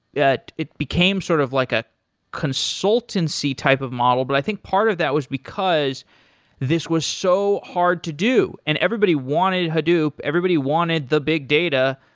that it became sort of like a consultancy type of model, but i think part of that was because this was so hard to do and everybody wanted hadoop, everybody wanted the big data,